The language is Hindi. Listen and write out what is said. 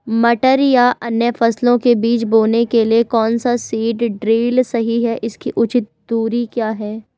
मटर या अन्य फसलों के बीज बोने के लिए कौन सा सीड ड्रील सही है इसकी उचित दूरी क्या है?